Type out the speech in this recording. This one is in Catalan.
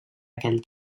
aquell